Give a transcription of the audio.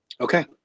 Okay